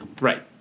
Right